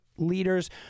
leaders